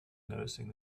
noticing